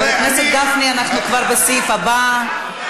חבר הכנסת גפני, אנחנו כבר בסעיף הבא.